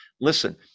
Listen